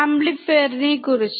ആംപ്ലിഫയറിനെക്കുറിച്ച്